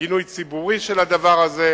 גינוי ציבורי של הדבר הזה,